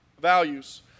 values